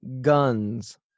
guns